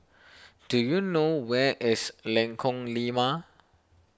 do you know where is Lengkong Lima